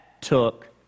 took